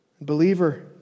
Believer